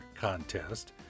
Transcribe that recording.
contest